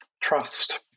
trust